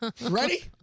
Ready